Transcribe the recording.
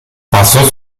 pasó